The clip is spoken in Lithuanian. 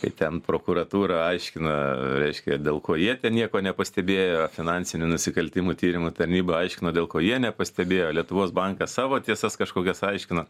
kai ten prokuratūra aiškina reiškia dėl ko jie ten nieko nepastebėjo finansinių nusikaltimų tyrimo tarnyba aiškina dėl ko jie nepastebėjo lietuvos bankas savo tiesas kažkokias aiškina